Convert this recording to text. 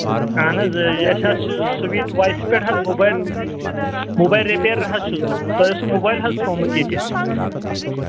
اَہَن حظ أسۍ حظ چھِ سُویٖٹ وایَسہٕ پیٚٹھ حظ موبایِل موبایِل ریپیَر حظ چھُس بہٕ تۅہہِ اوسوٕ موبایِل حظ ترٛوومُت ییٚتہِ